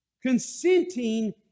consenting